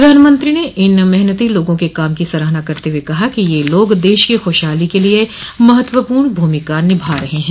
प्रधानमंत्री ने इन मेहनती लोगों के काम की सराहना करते हुए कहा कि ये लोग देश की खुशहाली के लिए महत्वपूर्ण भूमिका निभा रहे हैं